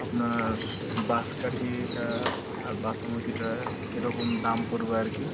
আপনার বাঁশকাঠিটা আর বাসমতিটা কীরকম দাম পড়বে আর কি